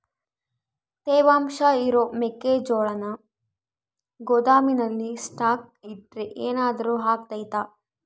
ತೇವಾಂಶ ಇರೋ ಮೆಕ್ಕೆಜೋಳನ ಗೋದಾಮಿನಲ್ಲಿ ಸ್ಟಾಕ್ ಇಟ್ರೆ ಏನಾದರೂ ಅಗ್ತೈತ?